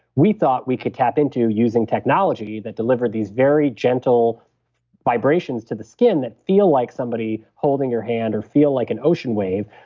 we thought we could tap into using technology that delivered these very gentle vibrations to the skin that feel like somebody holding your hand or feel like an ocean wave.